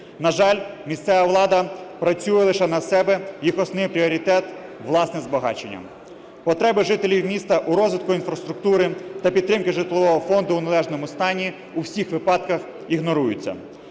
На жаль, місцева влада працює лише на себе, їх основний пріоритет – власне збагачення. Потреби жителів міста у розвитку інфраструктури та підтримки житлового фонду у належному стані у всіх випадках ігноруються.